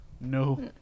No